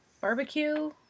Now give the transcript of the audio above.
Barbecue